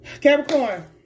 Capricorn